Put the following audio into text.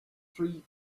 three